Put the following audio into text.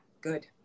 good